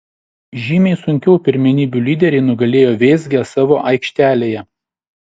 žymiai sunkiau pirmenybių lyderiai nugalėjo vėzgę savo aikštelėje